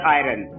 iron